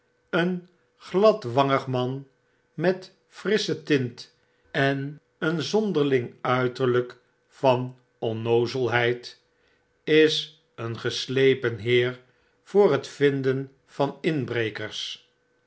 een gladwangig man met frissche tint en een zonderling uiterlyk van onnoozelheid is een geslepen heer voor het vinden van inbrekers